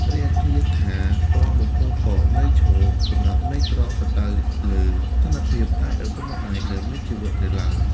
រីឯ ឃ្លាថា ទាន់បំពង់ករនៅឈរ សម្រាប់ន័យត្រង់ សំដៅលើស្ថានភាពដែលឪពុកម្តាយនៅមានជីវិតនៅឡើយ។